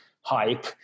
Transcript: hype